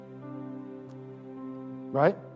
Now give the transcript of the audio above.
Right